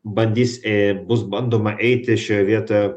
bandys ė bus bandoma eiti šioje vietoje